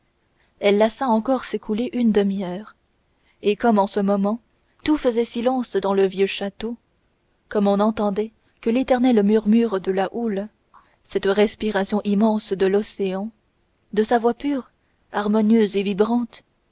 elle laissa encore s'écouler une demi-heure et comme en ce moment tout faisait silence dans le vieux château comme on n'entendait que l'éternel murmure de la houle cette respiration immense de l'océan de sa voix pure harmonieuse et vibrante